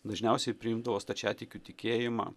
dažniausiai priimdavo stačiatikių tikėjimą